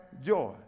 joy